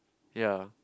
ya